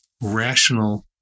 rational